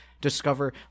discover